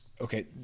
Okay